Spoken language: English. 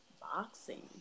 Boxing